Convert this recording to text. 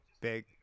Big